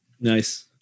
Nice